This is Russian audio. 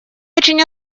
очень